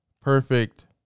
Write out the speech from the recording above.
perfect